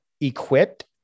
equipped